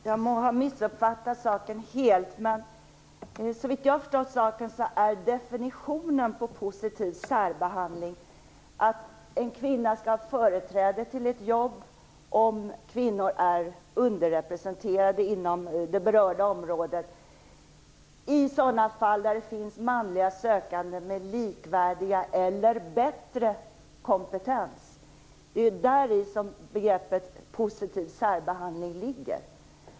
Fru talman! Jag må ha missuppfattat saken helt, men såvitt jag förstår är definitionen på positiv särbehandling att en kvinna skall ha företräde till ett jobb om kvinnor är underrepresenterade inom det berörda området, i sådana fall det finns manliga sökande med likvärdiga eller bättre kompetens. Det är detta som ligger i begreppet positiv särbehandling.